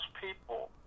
people